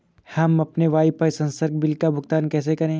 हम अपने वाईफाई संसर्ग बिल का भुगतान कैसे करें?